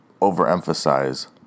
overemphasize